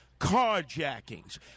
carjackings